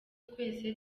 twese